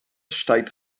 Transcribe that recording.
steigt